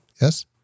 Yes